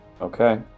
Okay